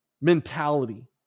mentality